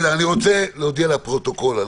אני רוצה להודיע לפרוטוקול,